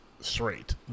Straight